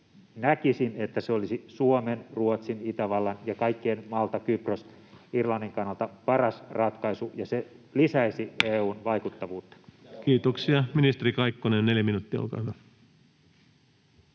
näkisin, että se olisi Suomen, Ruotsin, Itävallan ja kaikkien, Maltan, Kyproksen, Irlannin kannalta paras ratkaisu, ja se lisäisi EU:n vaikuttavuutta. Kiitoksia. — Ministeri Kaikkonen, 4 minuuttia, olkaa hyvä.